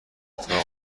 اتفاق